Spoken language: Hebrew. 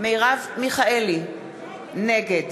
נגד